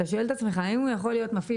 אתה שואל את עצמך אם הוא יכול להיות מפעיל